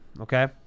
Okay